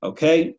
Okay